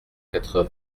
quatre